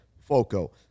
Foco